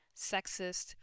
sexist